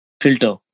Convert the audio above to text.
filter